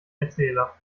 erzähler